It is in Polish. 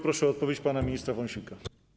Proszę o odpowiedź pana ministra Wąsika.